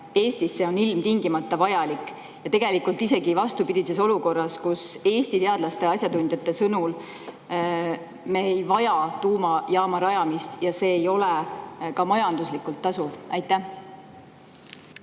Eestisse on ilmtingimata vajalik. Tegelikult on isegi vastupidine olukord, et Eesti teadlaste ja asjatundjate sõnul me ei vaja tuumajaama rajamist ja see ei ole ka majanduslikult tasuv. Aitäh!